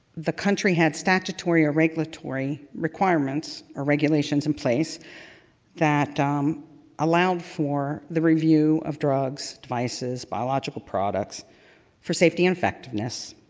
the country had statutory or regulatory requirement or regulations in place that um allowed for the review of drugs, devices, biological products for safety and effectiveness.